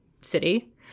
city